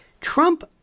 Trump